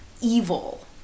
evil